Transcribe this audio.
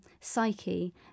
psyche